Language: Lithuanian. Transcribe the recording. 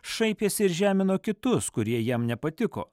šaipėsi ir žemino kitus kurie jam nepatiko